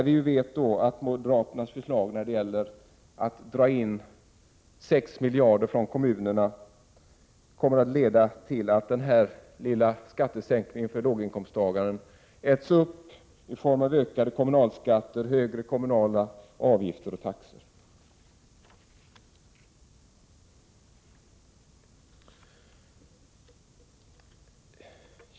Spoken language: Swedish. Vi vet att moderaternas förslag till hur sex miljarder skall dras in från kommunerna kommer att leda till att den lilla skattesänkningen för låginkomsttagaren äts upp av ökade kommunalskatter, högre kommunala avgifter och taxor.